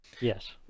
Yes